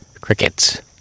crickets